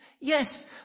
Yes